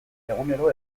egunero